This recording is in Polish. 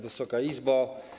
Wysoka Izbo!